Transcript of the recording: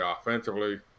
offensively